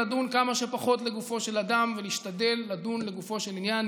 לדון כמה שפחות לגופו של אדם ולהשתדל לדון לגופו של עניין.